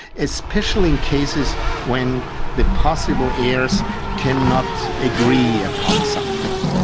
especially in cases when the possible heirs cannot agree upon something.